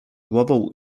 głową